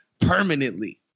permanently